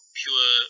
pure